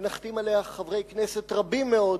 ולהחתים עליה חברי כנסת רבים מאוד,